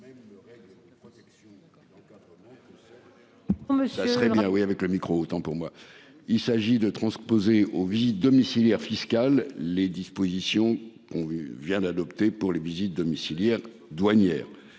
Il s'agit de transposer aux visites domiciliaires fiscale les dispositions on vient d'adopter pour les visites domiciliaires douanières